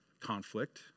conflict